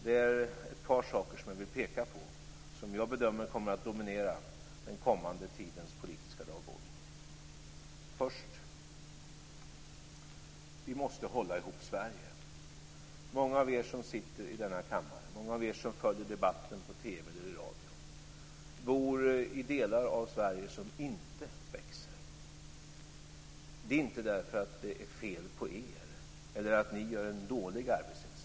Det är några saker som jag vill peka på som jag bedömer kommer att dominera den kommande tidens politiska dagordning. Det första är att vi måste hålla ihop Sverige. Många av er som sitter i denna kammare och av er som följer debatten på TV eller radio bor i delar av Sverige som inte växer. Det beror inte på att det är fel på er eller på att ni gör en dålig arbetsinsats.